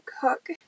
Cook